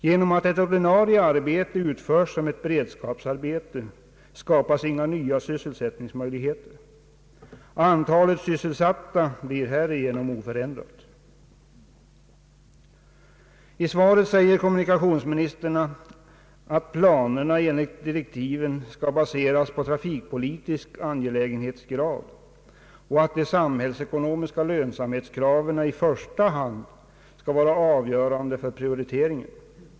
Genom att ett ordinarie arbete utförs som ett beredskapsarbete skapas inga nya sysselsättningsmöjligheter. Antalet sysselsatta blir härigenom oförändrat. I svaret säger kommunikationsministern att planerna enligt direktiven skall baseras på trafikpolitisk angelägenhetsgrad och att de samhällsekonomiska lönsamhetskraven i första hand skall vara avgörande för prioriteringen.